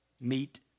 Meet